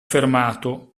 fermato